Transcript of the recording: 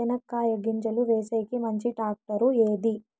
చెనక్కాయ గింజలు వేసేకి మంచి టాక్టర్ ఏది?